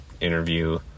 interview